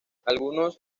algunos